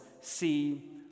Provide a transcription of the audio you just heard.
see